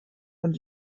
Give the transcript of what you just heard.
und